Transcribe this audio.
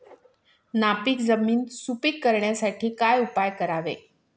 नापीक जमीन सुपीक करण्यासाठी काय उपयोग करावे?